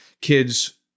kids